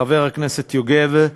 חבר הכנסת יוגב,